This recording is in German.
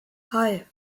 hei